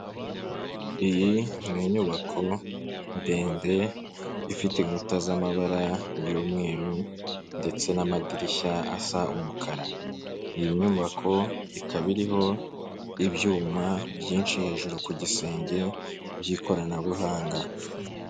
Iyi ni inyubako ndende ifite inkuta z'amabara y'umweru ndetse n'amadirishya asa umukara. Iyi nyubako ikaba iriho ibyuma byinshi hejuru ku gisenge by'ikoranabuhanga.